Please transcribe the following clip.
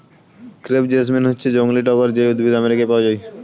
crepe jasmine হচ্ছে জংলী টগর যেই উদ্ভিদ আমেরিকায় পাওয়া যায়